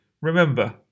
remember